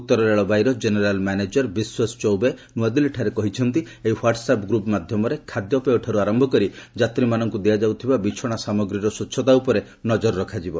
ଉତ୍ତର ରେଳବାଇର general manager Vishwesh Chaubey ନୂଆଦିଲ୍ଲୀଠାରେ କହିଛନ୍ତି ଏହି ହ୍ପାଟ୍ସଅପ୍ ଗ୍ରପ୍ ମାଧ୍ୟମରେ ଖାଦ୍ୟପେୟଠାରୁ ଆରମ୍ଭ କରି ଯାତ୍ରୀମାନଙ୍କୁ ଦିଆଯାଉଥିବା ବିଚ୍ଚଣା ସାମଗ୍ରୀର ସ୍ୱଚ୍ଛତା ଉପରେ ନଜର ରଖାଯିବ